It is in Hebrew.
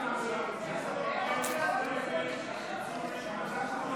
לאומי-אזרחי (תיקון מס' 6), התשפ"ד